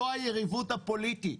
זאת היריבות הפוליטית.